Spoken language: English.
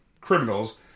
criminals